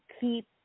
keep